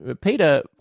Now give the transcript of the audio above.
Peter